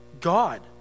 God